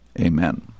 amen